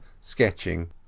sketching